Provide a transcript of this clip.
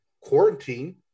Quarantine